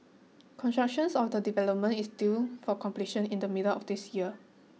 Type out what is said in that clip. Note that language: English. constructions of the development is due for completion in the middle of this year